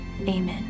amen